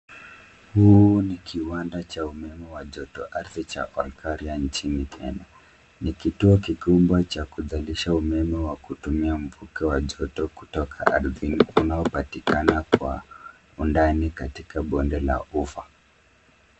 Huu ni kiwanda cha umeme wa joto ardhi cha olkaria nchini Kenya. Ni kituo kikubwa cha kuzalisha umeme wa kutumia mvuke wa joto kutoka ardhini unaopatikana kwa undani katika bonde la ufa.